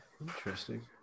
interesting